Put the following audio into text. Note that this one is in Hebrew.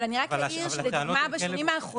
אבל אני רק אעיר שלדוגמא בשנים האחרונות,